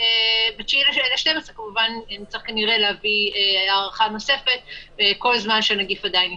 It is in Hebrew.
וב-9 בדצמבר נצטרך כנראה להביא הארכה נוספת כל זמן שהנגיף עדיין איתנו.